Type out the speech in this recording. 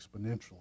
exponentially